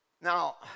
Now